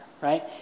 right